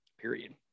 period